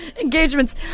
Engagements